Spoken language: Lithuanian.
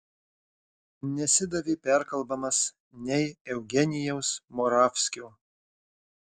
nesidavė perkalbamas nei eugenijaus moravskio